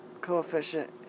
coefficient